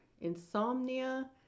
Insomnia